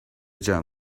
join